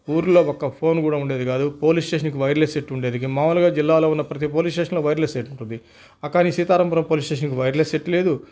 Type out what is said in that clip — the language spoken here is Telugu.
ఊళ్ళో ఒక్క ఫోన్ కూడా ఉండేది కాదు పోలీస్ స్టేషన్కి వైర్లెస్ సెట్ ఉండేది మామూలుగా జిల్లాలో ఉన్న ప్రతి పోలీస్ స్టేషన్లో వైర్లెస్ సెట్ ఉంటుంది కానీ సీతారామపురం పోలీస్ స్టేషన్కి వైర్లెస్ సెట్ లేదు